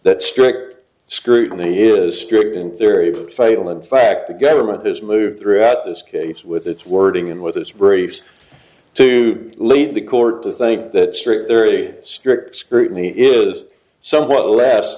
that strict scrutiny is strict in theory fail in fact the government has moved throughout this case with its wording in with its briefs to lead the court to think that strict very strict scrutiny is somewhat less